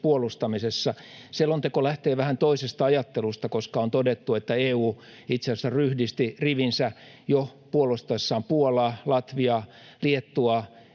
puolustamisessa. Selonteko lähtee vähän toisesta ajattelusta, koska on todettu, että EU itse asiassa ryhdisti rivinsä jo puolustaessaan Puolaa, Latviaa ja Liettuaa